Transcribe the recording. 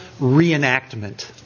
reenactment